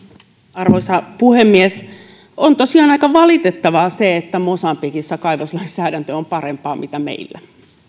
arvoisa puhemies on tosiaan aika valitettavaa että mosambikissa kaivoslainsäädäntö on parempaa kuin meillä